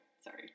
Sorry